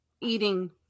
eating